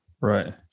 right